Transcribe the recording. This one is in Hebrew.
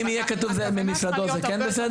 אם יהיה כתוב במשרדו, זה כן בסדר?